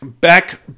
Back